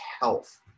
health